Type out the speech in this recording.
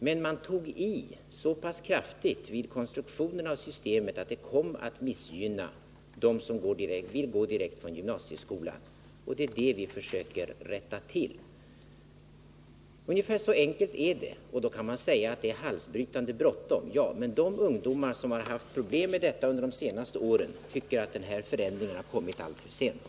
Men man tog i så pass kraftigt vid konstruktionen av systemet att det kom att missgynna dem som vill gå direkt från gymnasieskolan. Det är det felet som vi nu försöker rätta till. Ungefär så enkelt är det. Frågan är då om det nu är så halsbrytande bråttom. Jag vill på det svara ja, eftersom de ungdomar som har haft problem med detta under de senaste åren tycker att den här förändringen har kommit alltför sent.